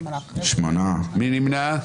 מי נמנע?